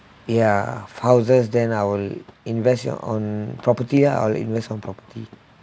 ya houses then I will invest it on property ah I'll invest on property